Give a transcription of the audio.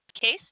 case